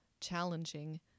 challenging